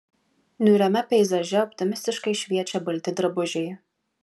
niūriame peizaže optimistiškai šviečia balti drabužiai